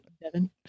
Devin